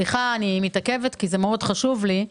אני מתעכבת כי זה מאוד חשוב לי.